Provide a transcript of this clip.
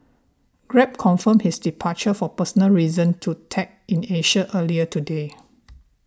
grab confirmed his departure for personal reasons to Tech in Asia earlier today